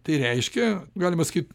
tai reiškia galima sakyt